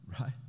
right